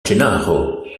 gennaro